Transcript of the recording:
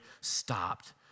stopped